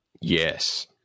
Yes